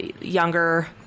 younger